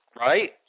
right